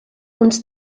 uns